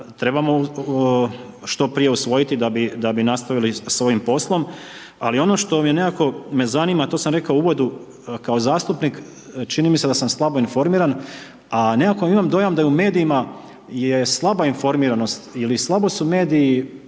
trebamo što prije usvojiti da bi nastavili sa ovim poslom ali ono što me nekako me zanima, to sam rekao u uvodu, kao zastupnik, čini mi se da sam slabo informiran a nekako imam dojam da je u medijima je slaba informiranost ili slabo su mediji